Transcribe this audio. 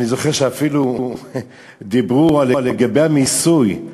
אני זוכר שאפילו דיברו לגבי המיסוי: